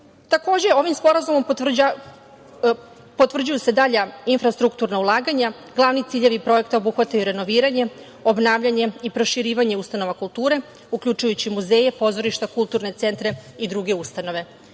ovim Sporazumom potvrđuju se dalja infrastrukturna ulaganja. Glavni ciljevi projekta obuhvataju renoviranje, obnavljanje i proširivanje ustanova kulture, uključujući muzeje, pozorišta, kulturne centre i druge